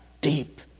deep